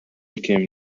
became